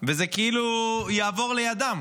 וזה כאילו יעבור לידם.